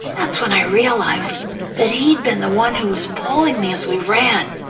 that's when i realized that he'd been the one who was pulling me as we ran.